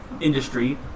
industry